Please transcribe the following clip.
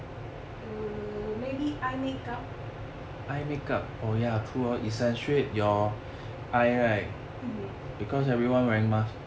uh maybe eye makeup